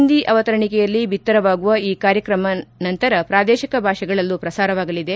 ಹಿಂದಿ ಅವತರಣಿಕೆಯಲ್ಲಿ ಬಿತ್ತರವಾಗುವ ಈ ಕಾರ್ಯಕ್ರಮ ನಂತರ ಪ್ರಾದೇಶಿಕ ಭಾಷೆಗಳಲ್ಲೂ ಪ್ರಸಾರವಾಗಲಿದೆ